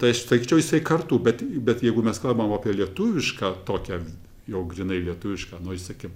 tai aš teigčiau jisai kartu bet bet jeigu mes kalbam apie lietuvišką tokią jau grynai lietuvišką no ir sakykim